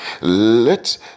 Let